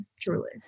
truly